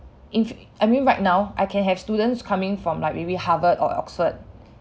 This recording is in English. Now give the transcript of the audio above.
in f~ I mean right now I can have students coming from like maybe harvard or oxford